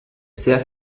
sehr